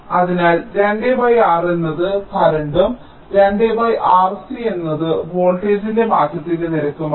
അതിനാൽ 2 R എന്നത് കറന്റും 2 R c എന്നത് വോൾട്ടേജിന്റെ മാറ്റത്തിന്റെ നിരക്കുമാണ്